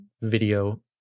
video